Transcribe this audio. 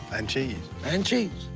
and cheese. and cheese.